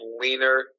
leaner